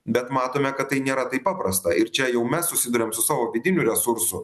bet matome kad tai nėra taip paprasta ir čia jau mes susiduriam su savo vidinių resursų